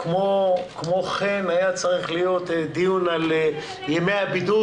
כמובן היה צריך להיות דיון על ימי הבידוד,